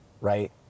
right